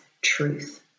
truth